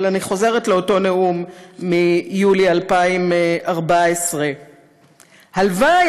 אבל אני חוזרת לאותו נאום מיולי 2014. "הלוואי",